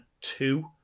two